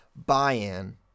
Buy-in